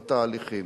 בתהליכים.